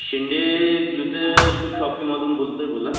शिंदे जुते शू शॉपीमधून बोलत आहे बोला